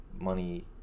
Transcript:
money